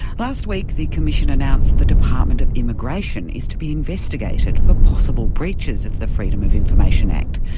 last week the commission announced the department of immigration is to be investigated for possible breaches of the freedom of information act.